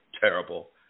Terrible